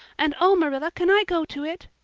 and, oh, marilla, can i go to it?